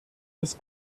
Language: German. des